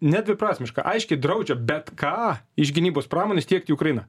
nedviprasmiška aiškiai draudžia bet ką iš gynybos pramonės tiekti ukrainą